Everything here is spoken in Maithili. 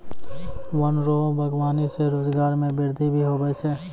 वन रो वागबानी से रोजगार मे वृद्धि भी हुवै छै